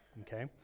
okay